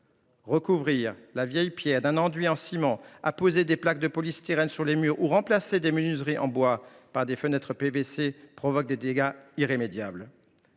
recouvrant de vieilles pierres d’un enduit en ciment, en apposant des plaques de polystyrène sur les murs ou en remplaçant des menuiseries en bois par des fenêtres en PVC, l’on provoque des dégâts irrémédiables.